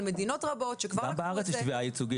על מדינות רבות --- גם בארץ יש תביעה ייצוגית